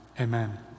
amen